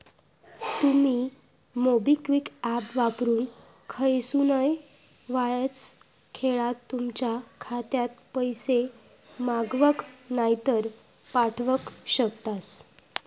तुमी MobiKwik app वापरून खयसूनय वायच येळात तुमच्या खात्यात पैशे मागवक नायतर पाठवक शकतास